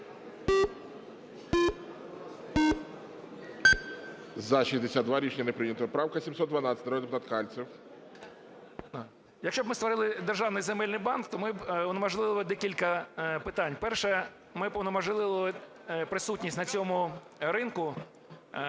Якщо би ми створили державний земельний банк, то ми б унеможливили декілька питань. Перше. Ми б унеможливили присутність на цьому ринку